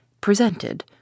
presented